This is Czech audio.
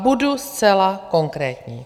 Budu zcela konkrétní.